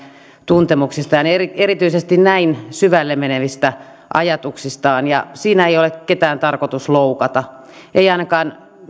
tuntemuksistaan ja erityisesti näin syvälle menevistä ajatuksistaan ja siinä ei ole ketään tarkoitus loukata en ainakaan